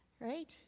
right